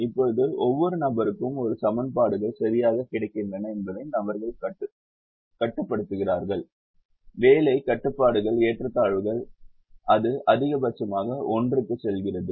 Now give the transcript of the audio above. இப்போது ஒவ்வொரு நபருக்கும் ஒரு சமன்பாடுகள் சரியாக கிடைக்கின்றன என்பதை நபர்கள் கட்டுப்படுத்துகிறார்கள் வேலை கட்டுப்பாடுகள் ஏற்றத்தாழ்வுகள் அது அதிகபட்சமாக ஒன்றுக்கு செல்கிறது